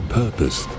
purpose